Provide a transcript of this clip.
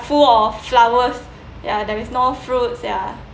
full of flowers ya there is no fruits ya